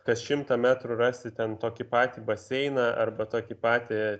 kas šimtą metrų rasi ten tokį patį baseiną arba tokį patį